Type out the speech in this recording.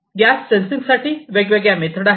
gas sensing साठी वेगवेगळ्या method आहेत